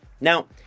Now